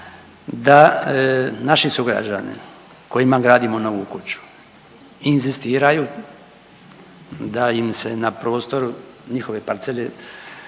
da naši sugrađani kojima gradimo novu kuću inzistiraju da im se na prostoru njihove parcele